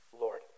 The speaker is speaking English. Lord